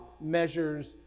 measures